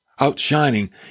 outshining